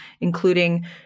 including